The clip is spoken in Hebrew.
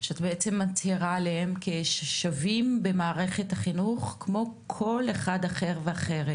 שאת בעצם מצהירה עליהם כשווים במערכת החינוך כמו כל אחד אחר ואחרת,